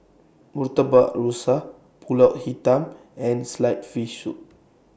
Murtabak Rusa Pulut Hitam and Sliced Fish Soup